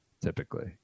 Typically